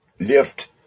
Lift